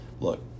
look